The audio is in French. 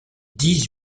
dix